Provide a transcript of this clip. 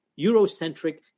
Eurocentric